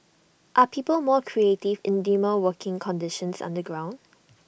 are people more creative in dimmer working conditions underground